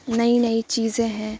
نئی نئی چیزیں ہیں